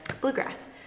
Bluegrass